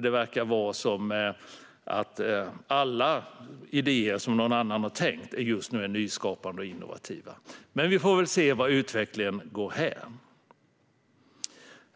Det verkar som att alla idéer som någon annan har kläckt just nu är nyskapande och innovativa. Men vi får väl se varthän utvecklingen går.